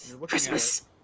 Christmas